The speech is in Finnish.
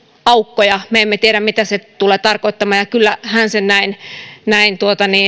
aukkoja me emme tiedä mitä se tulee tarkoittamaan ja kyllä hän sen näin